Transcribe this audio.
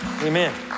Amen